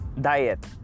Diet